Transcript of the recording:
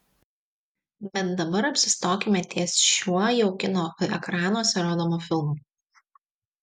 bet dabar apsistokime ties šiuo jau kino ekranuose rodomu filmu